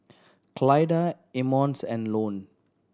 Clyda Emmons and Ione